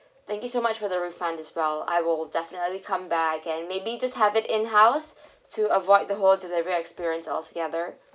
thank you so much for the refund as well I will definitely come back and maybe just have it in house to avoid the whole delivert experience altogether